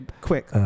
quick